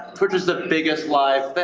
twitch is the biggest live